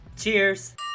Cheers